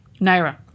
Naira